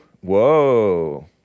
Whoa